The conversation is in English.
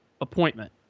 appointment